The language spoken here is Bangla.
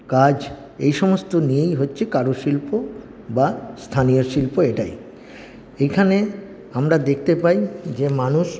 কাজ এই সমস্ত নিয়েই হচ্ছে কারুশিল্প বা স্থানীয় শিল্প এটাই এইখানে আমরা দেখতে পাই যে মানুষ